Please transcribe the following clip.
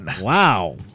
Wow